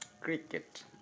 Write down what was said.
Cricket